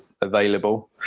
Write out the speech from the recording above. available